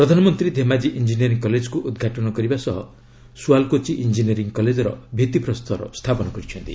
ପ୍ରଧାନମନ୍ତ୍ରୀ ଧେମାଜ୍ଞୀ ଇଞ୍ଜିନିୟରି କଲେଜ୍କୁ ଉଦ୍ଘାଟନ କରିବା ସହ ସୁଆଲ୍କୋଚି ଇଞ୍ଜିନିୟରିଂ କଲେଜ୍ର ଭିଭିପ୍ରସ୍ତର ସ୍ଥାପନ କରିଛନ୍ତି